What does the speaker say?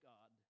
God